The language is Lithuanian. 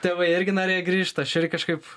tėvai irgi norėjo grįžt aš irgi kažkaip